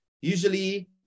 usually